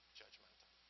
judgmental